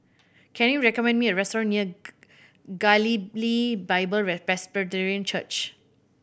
can you recommend me a restaurant near Galilee Bible Presbyterian Church